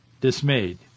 dismayed